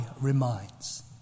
reminds